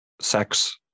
sex